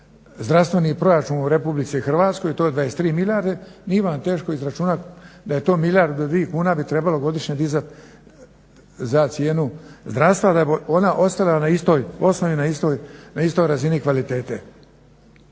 zdravstveni proračun u Republici Hrvatskoj, to je 23 milijarde, nije vam teško izračunat da milijardu, dvi kuna bi trebalo godišnje dizat za cijenu zdravstva da bi ona ostala na istoj osnovi, na istoj